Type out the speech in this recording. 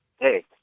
hey